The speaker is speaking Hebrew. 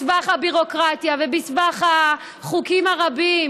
בסבך הביורוקרטיה ובסבך החוקים הרבים,